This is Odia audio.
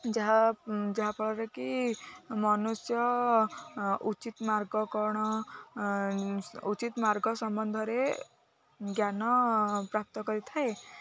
ଯାହା ଯାହାଫଳରେକି ମନୁଷ୍ୟ ଉଚିତ ମାର୍ଗ କ'ଣ ଉଚିତ ମାର୍ଗ ସମ୍ବନ୍ଧରେ ଜ୍ଞାନ ପ୍ରାପ୍ତ କରିଥାଏ